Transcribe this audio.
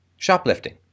shoplifting